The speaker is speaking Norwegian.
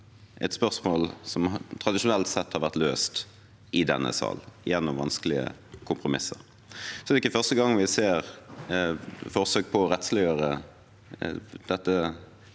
et spørsmål som tradisjonelt sett har vært løst i denne sal gjennom vanskelige kompromisser. Det er ikke første gang vi ser forsøk på å rettsliggjøre dette